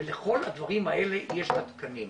ולכל הדברים האלה יש את התקנים.